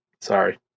Sorry